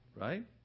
Right